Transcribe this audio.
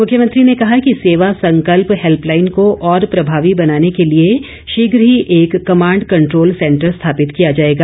मुख्यमंत्री ने कहा कि सेवा संकल्प हैल्पलाईन को और प्रभावी बनाने के लिए शीघ्र ही एक कमांड कंट्रोल सैंटर स्थापित किया जाएगा